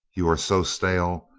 you are so stale.